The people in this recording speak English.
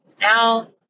Now